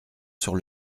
sur